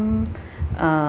uh